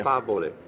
Favole